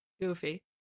Goofy